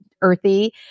earthy